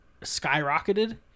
skyrocketed